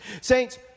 saints